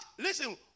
Listen